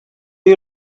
you